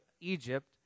Egypt